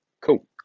Cool